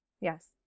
Yes